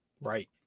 Right